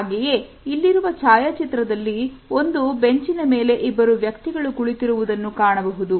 ಹಾಗೆಯೇ ಇಲ್ಲಿರುವ ಛಾಯಾಚಿತ್ರದಲ್ಲಿ ಒಂದು ಬೆಂಚಿನ ಮೇಲೆ ಇಬ್ಬರು ವ್ಯಕ್ತಿಗಳು ಕುಳಿತಿರುವುದನ್ನು ಕಾಣಬಹುದು